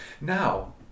Now